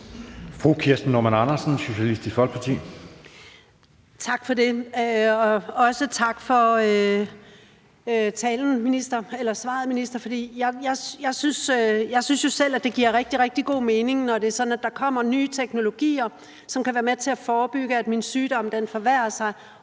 Tak for det, og også tak for svaret, minister. Jeg synes jo selv, at det giver rigtig, rigtig god mening, når det er sådan, at der kommer nye teknologier, som kan være med til at forebygge, at ens sygdom forværrer sig,